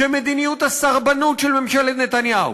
שמדיניות הסרבנות של ממשלת נתניהו,